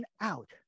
out